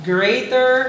Greater